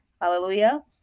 Hallelujah